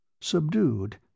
subdued